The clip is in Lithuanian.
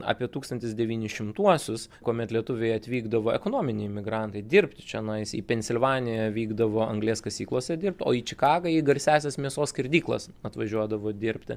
apie tūkstantis devyni šimtuosius kuomet lietuviai atvykdavo ekonominiai migrantai dirbti čianais į pensilvaniją vykdavo anglies kasyklose dirbt o į čikagą į garsiąsias mėsos skerdyklas atvažiuodavo dirbti